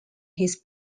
his